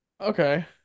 Okay